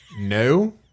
no